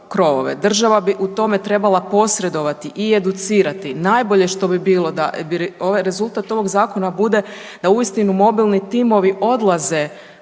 država bi u tome trebala posredovati i educirati najbolje što bi bilo da rezultat ovaj zakona bude da uistinu mobilni timovi odlaze